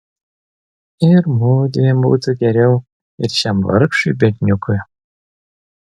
ir mudviem būtų geriau ir šiam vargšui berniukui